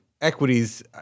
equities